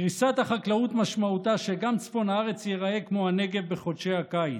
קריסת החקלאות משמעותה שגם צפון הארץ ייראה כמו הנגב בחודשי הקיץ.